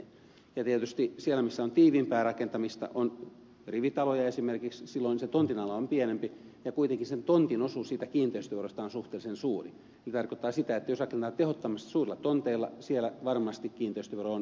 tietysti siellä missä on tiiviimpää rakentamista on rivitaloja esimerkiksi silloin sen tontin ala on pienempi ja kuitenkin sen tontin osuus siitä kiinteistöverosta on suhteellisen suuri mikä tarkoittaa sitä että jos rakennetaan tehottomasti suurilla tonteilla siellä varmasti kiinteistövero on jonkin verran korkeampi